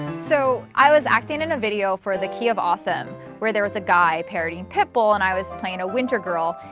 so, i was acting in a video for the key of awesome, where there was a guy parodying pit bull and i was playing a winter girl.